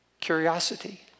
Curiosity